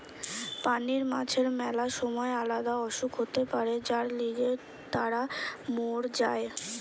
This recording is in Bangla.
পানির মাছের ম্যালা সময় আলদা অসুখ হতে পারে যার লিগে তারা মোর যায়